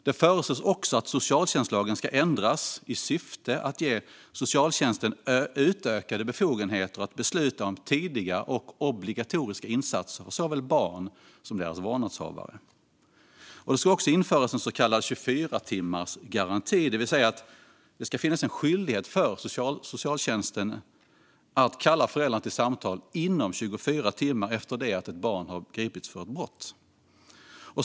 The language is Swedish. Det föreslås också att socialtjänstlagen ska ändras i syfte att ge socialtjänsten utökade befogenheter att besluta om tidiga och obligatoriska insatser för såväl barn som deras vårdnadshavare. Det ska också införas en så kallad 24-timmarsgaranti, vilket betyder att det ska finnas en skyldighet för socialtjänsten att kalla föräldrarna till samtal inom 24 timmar efter det att ett barn har gripits för ett brott.